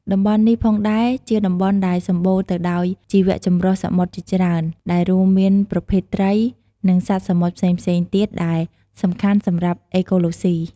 តំបន់នេះផងដែរ ជាតំបន់ដែលសំបូរទៅដោយជីវៈចម្រុះសមុទ្រជាច្រើន ដែលរួមមានប្រភេទត្រី និងសត្វសមុទ្រផ្សេងៗទៀតដែលសំខាន់សម្រាប់អេកូឡូសុី។